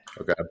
okay